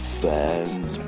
fans